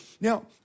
Now